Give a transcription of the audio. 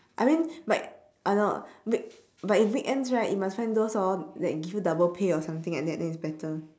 I mean like I know week but in weekends right you must sign those hor that give you double pay or something like that then it's better